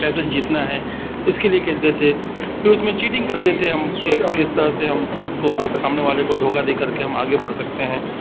کیسے جیتنا ہے اس کے لیے کھیلتے تھے پھر اس میں چیٹنگ کرتے تھے ہم کہ کس طرح سے ہم کس کو دھوکا سامنے والے کو دھوکا دے کر کے ہم آگے بڑھ سکتے ہیں